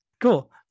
Cool